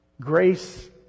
grace